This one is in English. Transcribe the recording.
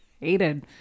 hated